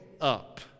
up